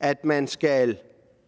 at man skal